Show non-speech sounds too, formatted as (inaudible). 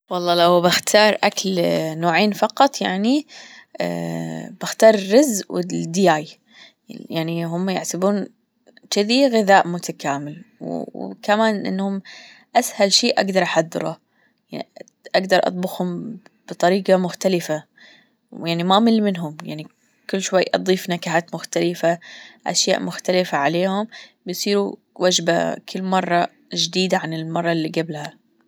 والله لو بأختار أكل (hesitation) نوعين فقط يعني (hesitation) بأختار الرز والدياي يعني هم يحسبون كذي غذاء متكامل وكمان أنهم أسهل شيء أجدر أحضره يعني أجدر أطبخهم بطريقة مختلفة ويعني ما أمل منهم يعني كل شوية أضيف نكهات مختلفة أشياء مختلفة عليهم بصيروا وجبة كل مرة جديدة عن المرة اللي قبلها.